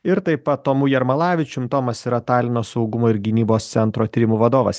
ir taip pat tomu jarmalavičiumi tomas yra talino saugumo ir gynybos centro tyrimų vadovas